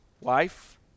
wife